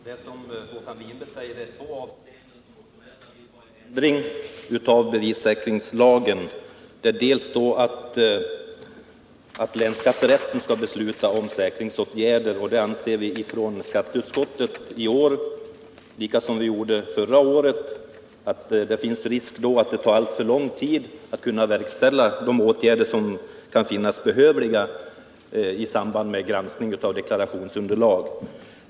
Herr talman! Det är i två avseenden som motionärerna vill ha en ändring i bevissäkringslagen. För det första vill man att länsskatterätten skall besluta om säkringsåtgärder. Skatteutskottet anser i år liksom förra året att det då finns risk att det tar alltför lång tid att verkställa behövliga åtgärder i samband med granskning av deklarationsunderlag.